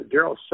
Daryl